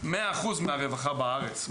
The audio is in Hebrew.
100% מהרווחה בארץ.